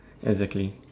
exactly